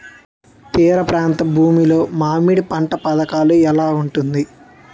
తీర ప్రాంత భూమి లో మామిడి పంట పథకాల ఎలా ఉంటుంది?